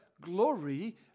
glory